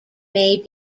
may